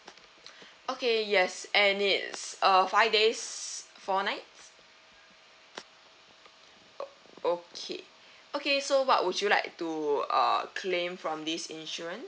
okay yes and it's uh five days four nights okay okay so what would you like to uh claim from this insurance